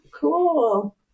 cool